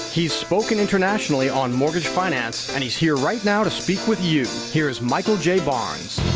he has spoken internationally on mortgage finance, and he is here right now to speak with you here is michael j barnes